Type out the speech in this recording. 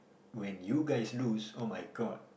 when you guys lose [oh]-my-god